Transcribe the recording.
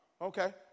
Okay